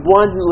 one